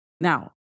Now